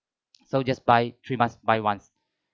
so just buy three months buy once